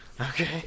Okay